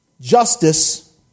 justice